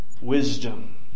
wisdom